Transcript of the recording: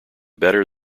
better